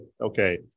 okay